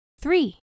Three